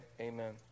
amen